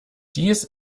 dies